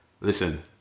listen